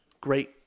great